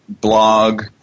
blog